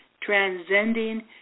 transcending